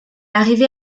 arrivé